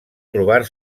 trobar